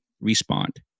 respond